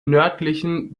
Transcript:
nördlichen